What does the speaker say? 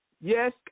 Yes